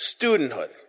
Studenthood